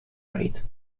raid